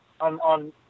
on –